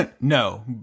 No